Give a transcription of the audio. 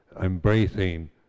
embracing